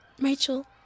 Rachel